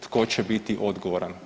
Tko će biti odgovoran?